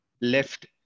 left